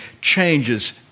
changes